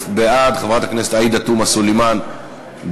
בעד ואת חברת הכנסת עאידה תומא סלימאן בעד.